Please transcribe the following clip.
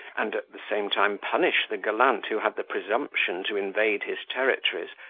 and at the same time punish the gallant who had the presumption to invade his territories,